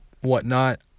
whatnot